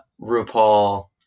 RuPaul